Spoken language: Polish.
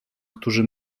którzy